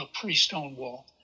pre-Stonewall